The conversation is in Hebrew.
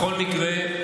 בכל מקרה,